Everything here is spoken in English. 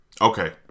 Okay